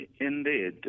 Indeed